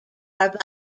are